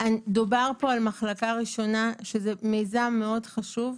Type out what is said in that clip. דובר פה על "מחלקה ראשונה", שזה מיזם מאוד חשוב,